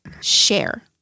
share